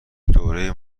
دوره